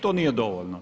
To nije dovoljno.